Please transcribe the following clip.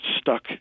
stuck